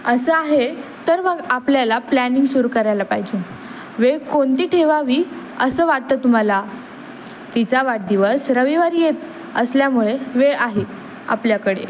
असं आहे तर मग आपल्याला प्लॅनिंग सुरू करायला पाहिजे वेळ कोणती ठेवावी असं वाटतं तुम्हाला तिचा वाढदिवस रविवारी येत असल्यामुळे वेळ आहे आपल्याकडे